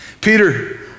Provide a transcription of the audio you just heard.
Peter